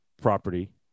property